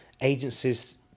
agencies